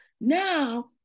Now